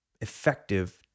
effective